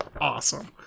awesome